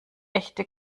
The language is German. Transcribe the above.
echte